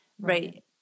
Right